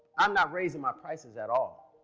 i'm not raising my prices at all.